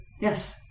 yes